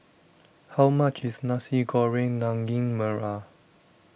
how much is Nasi Goreng Daging Merah